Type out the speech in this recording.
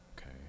Okay